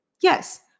Yes